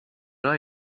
are